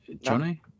Johnny